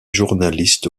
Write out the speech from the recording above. journaliste